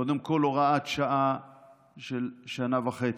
קודם כול, הוראת שעה של שנה וחצי.